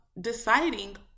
deciding